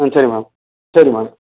ம் சரி மேம் சரி மேம்